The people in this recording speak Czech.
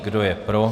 Kdo je pro?